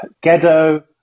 Ghetto